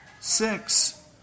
Six